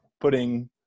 putting